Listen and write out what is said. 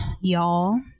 y'all